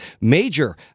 major